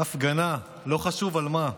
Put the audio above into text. "הפגנה, לא חשוב על מה",